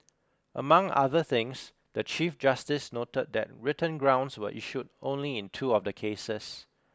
among other things the Chief Justice noted that written grounds were issued only in two of the cases